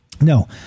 No